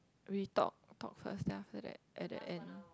we talk talk first then after that at the end